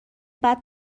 بعد